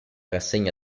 rassegna